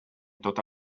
tota